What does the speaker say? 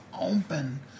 open